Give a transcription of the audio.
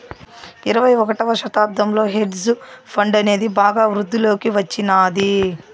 ఇరవై ఒకటవ శతాబ్దంలో హెడ్జ్ ఫండ్ అనేది బాగా వృద్ధిలోకి వచ్చినాది